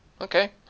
okay